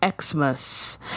Xmas